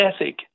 ethic